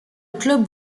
club